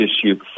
issue